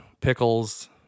pickles